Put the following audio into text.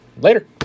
later